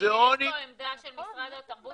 המוזיאונים --- יש פה עמדה של משרד התרבות,